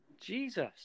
Jesus